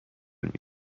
میده